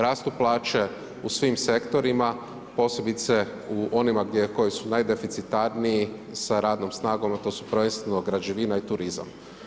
Rastu plaće u svim sektorima, posebice u onima koji su najdeficitarniji sa radnom snagom a to su prvenstveno građevina i turizam.